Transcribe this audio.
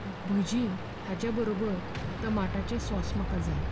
भजीं हाचे बरोबर टमाटचें सॉस म्हाका जाय